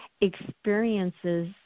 experiences